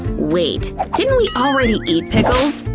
wait, didn't we already eat pickles?